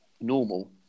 normal